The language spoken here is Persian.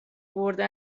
برده